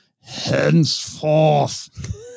henceforth